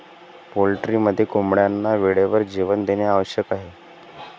पोल्ट्रीमध्ये कोंबड्यांना वेळेवर जेवण देणे आवश्यक आहे